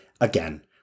again